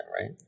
right